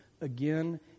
again